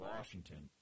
Washington